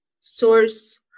source